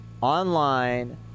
online